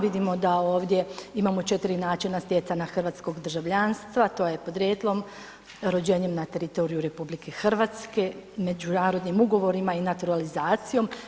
Vidimo da ovdje imamo 4 načina stjecanja hrvatskog državljanstva to je podrijetlom, rođenjem na teritoriju RH, međunarodnim ugovorima i naturalizacijom.